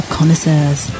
Connoisseurs